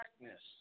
darkness